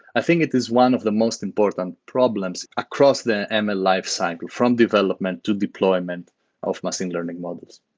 i think it is one of the most important problems across the and ml lifecycle from development to deployment of machine learning models.